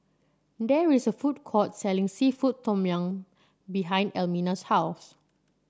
there is a food court selling seafood Tom Yum behind Elmina's house